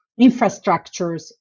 infrastructures